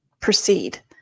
proceed